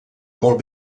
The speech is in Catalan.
molt